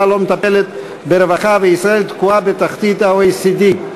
לא מטפלת ברווחה וישראל תקועה בתחתית הדירוג של ה-OECD.